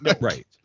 Right